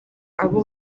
abo